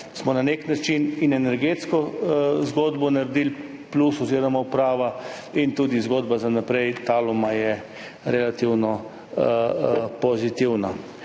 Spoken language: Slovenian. smo na nek način z energetsko zgodbo naredili plus, oziroma uprava, in je tudi zgodba Taluma za naprej relativno pozitivna.